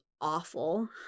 awful